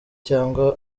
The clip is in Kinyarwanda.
cyangwa